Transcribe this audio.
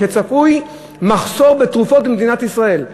שצפוי מחסור בתרופות במדינת ישראל.